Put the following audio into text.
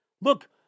Look